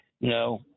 no